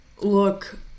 look